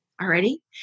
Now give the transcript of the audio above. already